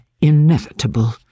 inevitable